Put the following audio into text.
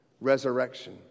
resurrection